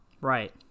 Right